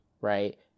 right